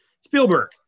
Spielberg